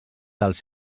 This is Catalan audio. dels